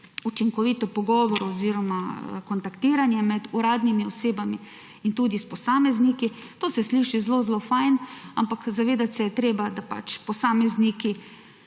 učinkovito pogovor oziroma kontaktiranje med uradnimi osebami in tudi s posamezniki. To se sliši zelo, zelo fino, ampak zavedati se je treba, da posamezniki